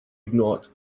ignored